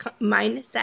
mindset